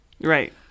Right